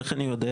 איך אני יודע?